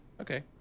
okay